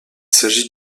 s’agit